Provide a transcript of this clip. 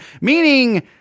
Meaning